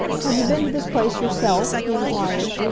have you been to this place yourself? he enquired.